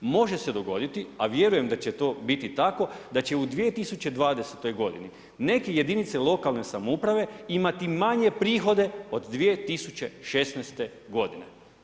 Može se dogoditi a vjerujem da će to biti tako, da će u 2020. godini neke jedinice lokalne samouprave imati manje prihode od 2016. godine.